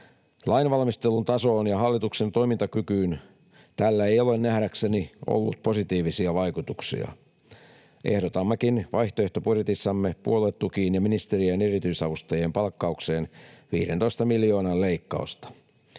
Lainvalmistelun tasoon ja hallituksen toimintakykyyn tällä ei ole nähdäkseni ollut positiivisia vaikutuksia. Ehdotammekin vaihtoehtobudjetissamme puoluetukiin ja ministerien erityisavustajien palkkaukseen 15 miljoonan leikkausta.